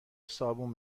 صابون